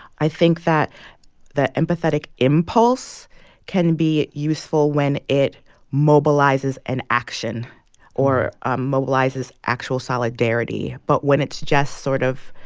i think that the empathetic impulse can be useful when it mobilizes an action or ah mobilizes actual solidarity. but when it's just sort of,